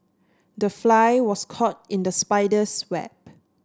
the fly was caught in the spider's web